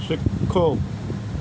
ਸਿੱਖੋ